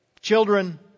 children